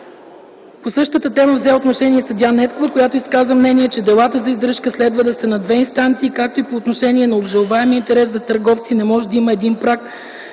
По същата тема взе отношение и съдия Недкова, която изказа мнение, че делата за издръжка следва да са на две инстанции, както и по отношение на обжалваемия интерес за търговци не може да има един праг